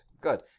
Good